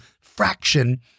fraction